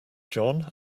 john